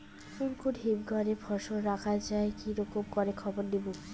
কুন কুন হিমঘর এ ফসল রাখা যায় কি রকম করে খবর নিমু?